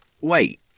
Wait